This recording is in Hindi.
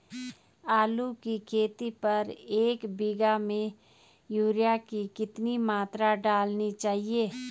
आलू की खेती पर एक बीघा में यूरिया की कितनी मात्रा डालनी चाहिए?